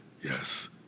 Yes